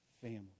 family